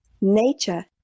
nature